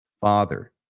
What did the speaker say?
father